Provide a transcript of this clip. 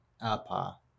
Apa